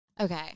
Okay